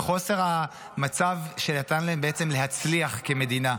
בחוסר המצב שנתן להם בעצם להצליח כמדינה.